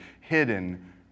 hidden